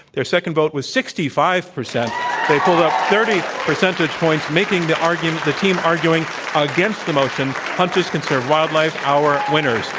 their second vote was sixty five percent. they pulled up thirty percentage pointsmaking the argument the team arguing against the motion hunters conserve wildlife our winners.